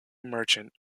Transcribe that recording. merchant